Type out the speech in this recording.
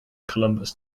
columbus